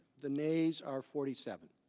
the nays r forty seven,